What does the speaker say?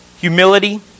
Humility